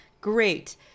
great